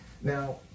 Now